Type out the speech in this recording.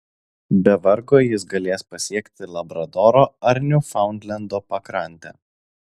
be vargo jis galės pasiekti labradoro ar niufaundlendo pakrantę